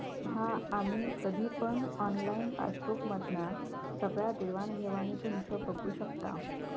हा आम्ही कधी पण ऑनलाईन पासबुक मधना सगळ्या देवाण घेवाणीचो हिशोब बघू शकताव